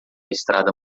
estrada